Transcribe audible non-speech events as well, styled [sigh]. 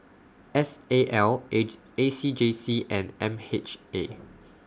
S A L [unintelligible] A C J C and M H A